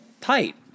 tight